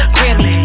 Grammy